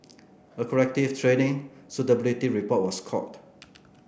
a corrective training suitability report was called